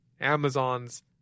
Amazon's